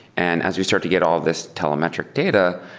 and as you start to get all this telemetric data,